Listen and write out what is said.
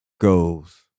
goes